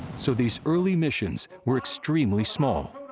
so these early missions were extremely small.